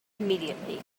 immediately